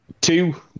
two